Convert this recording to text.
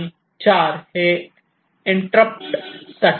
आणि 4 हे इंटरप्टसाठी आहे